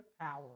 power